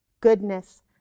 goodness